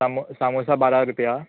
सामो सामोसा बारा रुपया